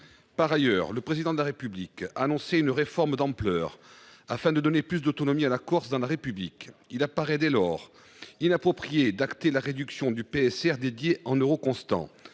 Par ailleurs, le Président de la République a annoncé une réforme d’ampleur, afin de donner davantage d’autonomie à la Corse dans la République. Il apparaît dès lors inapproprié d’acter la réduction du PSR dédié en euros constants.